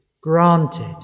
granted